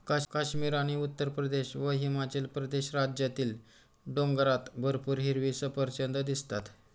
काश्मीर आणि उत्तरप्रदेश व हिमाचल प्रदेश राज्यातील डोंगरात भरपूर हिरवी सफरचंदं दिसतात